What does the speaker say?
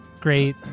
great